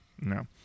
No